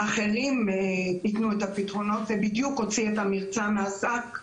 אחרים יתנו את הפתרונות" זה בדיוק מה שהוציא את המרצע מן השק,